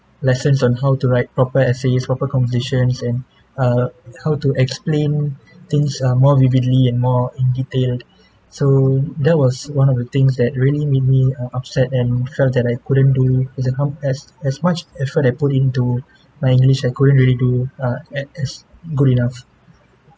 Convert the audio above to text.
lessons on how to write proper essays proper compositions and err how to explain things uh more vividly and more detail so that was one of the things that really make me uh upset and felt that I couldn't do is a hump as as much effort I put into my english I couldn't really do uh at as good enough